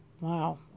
Wow